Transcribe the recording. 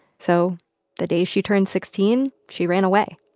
so the day she turned sixteen, she ran away,